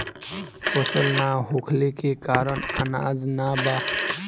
फसल ना होखले के कारण अनाज ना बा